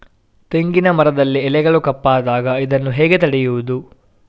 ತೆಂಗಿನ ಮರದಲ್ಲಿ ಎಲೆಗಳು ಕಪ್ಪಾದಾಗ ಇದನ್ನು ಹೇಗೆ ತಡೆಯುವುದು?